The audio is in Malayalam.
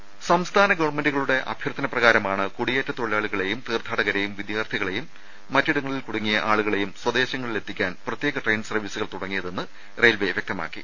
ദർദ സംസ്ഥാന ഗവൺമെന്റുകളുടെ അഭ്യർത്ഥന പ്രകാരമാണ് തൊഴിലാളികളേയും തീർത്ഥാടകരേയും കുടിയേറ്റ വിദ്യാർത്ഥികളേയും മറ്റിടങ്ങളിൽ കുടുങ്ങിയ ആളുകളെയും സ്വദേശങ്ങളിൽ എത്തിക്കാൻ പ്രത്യേക ട്രെയിൻ സർവ്വീസുകൾ തുടങ്ങിയതെന്ന് റെയിൽവെ വ്യക്തമാക്കി